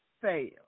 Fail